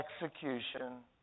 execution